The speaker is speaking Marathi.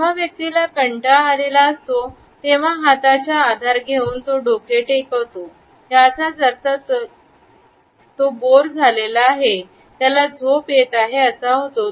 जेव्हा व्यक्तीला कंटाळा आलेला असतो तेव्हा हाताचा आधार घेऊन तो डोके टेकतो याचाच अर्थ त्याला बोर झालेला आहे त्याला झोप येते असा होतो